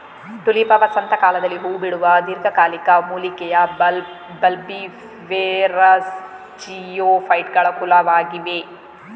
Tulipa ವಸಂತ ಕಾಲದಲ್ಲಿ ಹೂ ಬಿಡುವ ದೀರ್ಘಕಾಲಿಕ ಮೂಲಿಕೆಯ ಬಲ್ಬಿಫೆರಸ್ಜಿಯೋಫೈಟುಗಳ ಕುಲವಾಗಿದೆ